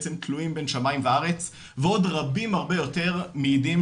בעצם תלויים בין שמיים וארץ ועוד רבים הרבה יותר מעידים,